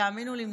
תאמינו לי,